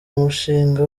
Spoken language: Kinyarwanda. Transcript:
umushinga